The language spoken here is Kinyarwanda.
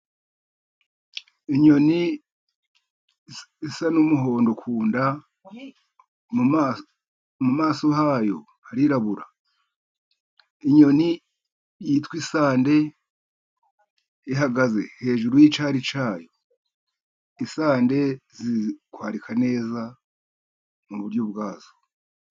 Inyoni isa n'umuhondo ku nda mu maso hayo harirabura, inyoni yitwa isande ihagaze hejuru y'icyari cyayo , isande zizi kwarika neza m'uburyo bwazo.